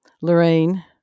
Lorraine